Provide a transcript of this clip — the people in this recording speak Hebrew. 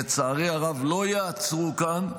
לצערי הרב, לא יעצרו כאן,